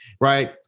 right